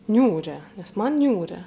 niūrią nes man niūrią